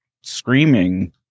screaming